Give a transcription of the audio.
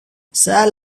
sal